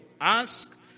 ask